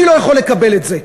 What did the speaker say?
אני לא יכול לקבל את זה.